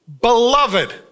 Beloved